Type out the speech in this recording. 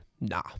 nah